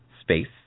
space